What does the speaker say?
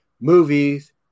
movies